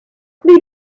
they